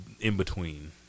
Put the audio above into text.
in-between